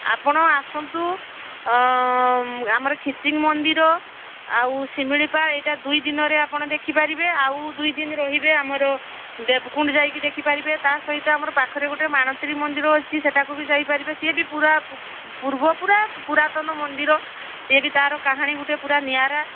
ଆପଣ ଆସନ୍ତୁ ଆମର ଖିଚିଙ୍ଗ ମନ୍ଦିର ଆଉ ଶିମିଳିପାଳ ଏଇଟା ଦୁଇ ଦିନରେ ଆପଣ ଦେଖିପାରିବେ ଆଉ ଦୁଇ ଦିନ ରହିବେ ଆମର ଦେବକୁଣ୍ଡ ଯାଇକି ଦେଖିପାରିବେ ତା' ସହିତ ଆମର ପାଖରେ ଗୋଟେ ମାଣତ୍ରୀ ମନ୍ଦିର ଅଛି ସେଇଟାକୁ ବି ଯାଇପାରିବେ ସେଇଟା ବି ପୂରା ପୂର୍ବ ପୂରା ପୁରାତନ ମନ୍ଦିର ସିଏ ବି ତା'ର କାହାଣୀ ଗୋଟେ ପୂରା ନିଆରା